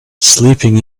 sleeping